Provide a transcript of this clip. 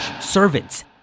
Servants